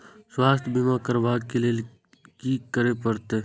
स्वास्थ्य बीमा करबाब के लीये की करै परतै?